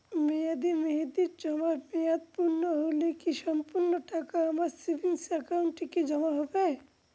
মেয়াদী মেহেদির জমা মেয়াদ পূর্ণ হলে কি সম্পূর্ণ টাকা আমার সেভিংস একাউন্টে কি জমা হবে?